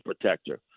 protector